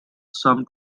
some